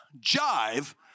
jive